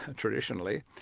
ah traditionally.